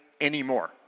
anymore